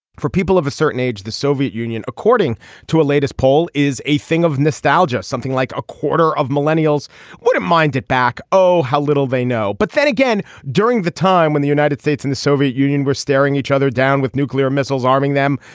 for people of a certain age the soviet union according to a latest poll is a thing of nostalgia. something like a quarter of millennials wouldn't mind it back. oh how little they know. but then again during the time when the united states and the soviet union were staring each other down with nuclear missiles arming them.